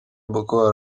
boko